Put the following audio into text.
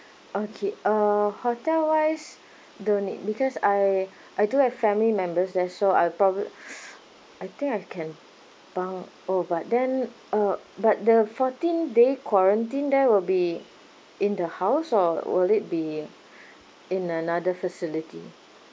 okay uh hotel wise don't need because I I do have family members there so I'll proba~ I think I can bound oh but then uh but the fourteen day quarantine there will be in the house or will it be in another facility